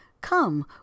come